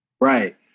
Right